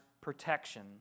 protection